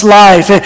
life